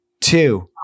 two